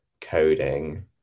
coding